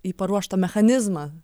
į paruoštą mechanizmą